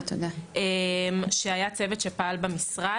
שהיה צוות שפעל במשרד,